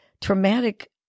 traumatic